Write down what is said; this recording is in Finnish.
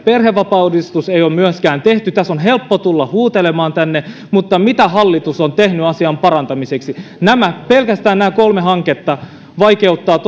myöskään perhevapaauudistusta ei ole tehty tässä on helppo tulla huutelemaan tänne mutta mitä hallitus on tehnyt asian parantamiseksi pelkästään nämä kolme hanketta vaikeuttavat